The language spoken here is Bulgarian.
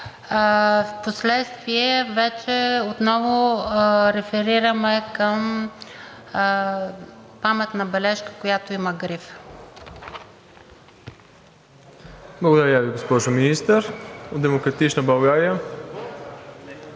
Впоследствие вече отново реферираме към паметна бележка, която има гриф.